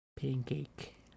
Pancake